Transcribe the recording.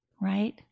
right